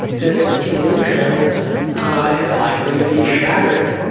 this illusion is likely to be shattered.